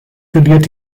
verliert